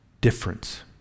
difference